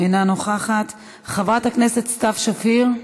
אינה נוכחת, חברת הכנסת סתיו שפיר,